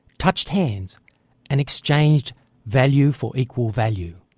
touched hands and exchanged value for equal value.